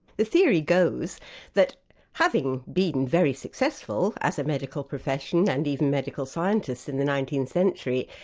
the theory goes that having been very successful as a medical profession and even medical scientists in the nineteenth century,